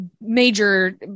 major